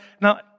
Now